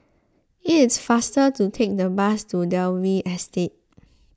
it is faster to take the bus to Dalvey Estate